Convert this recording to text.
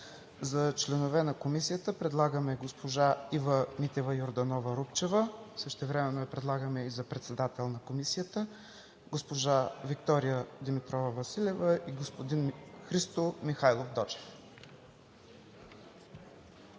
за членове на Комисията предлагаме госпожа Ива Митева Йорданова-Рупчева, същевременно я предлагаме и за председател на Комисията; госпожа Виктория Димитрова Василева и господин Христо Михайлов Дочев.